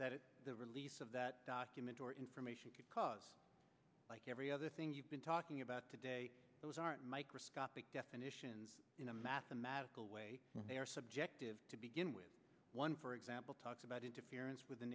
that the release of that document or information could cause like every other thing you've been talking about today those aren't microscopic definitions in a mathematical way they are subjective to begin with one for example talks about interference with the